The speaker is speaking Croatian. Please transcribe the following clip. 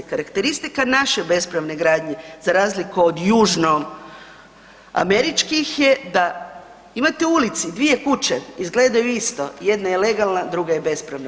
Karakteristika naše bespravne gradnje za razliku od južnoameričkih je da imate u ulici 2 kuće, izgledaju isto, jedna je legalna, druga je bespravna.